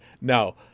Now